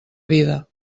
vida